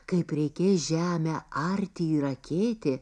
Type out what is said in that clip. kaip reikės žemę arti ir akėti